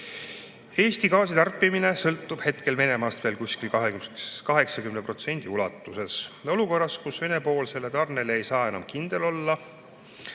Eesti gaasitarbimine sõltub hetkel Venemaast veel kuskil 80% ulatuses. Olukorras, kus Vene-poolsele tarnele ei saa enam kindel olla,